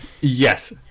Yes